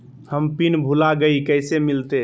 हम पिन भूला गई, कैसे मिलते?